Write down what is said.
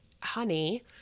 honey